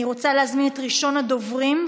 אני רוצה להזמין את ראשון הדוברים,